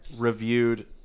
reviewed